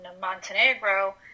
Montenegro